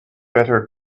better